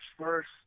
first